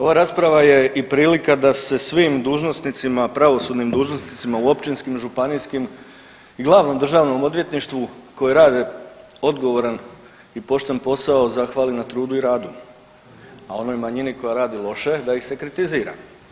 Ova rasprava je i prilika da se svim dužnosnicima, pravosudnim dužnosnicima u Općinskim, Županijskim i Glavnom državnom odvjetništvu koje rade odgovoran i pošten posao zahvali na trudu i radu, a onoj manjini koja radi loše da ih se kritizira.